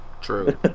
True